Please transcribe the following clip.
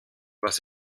was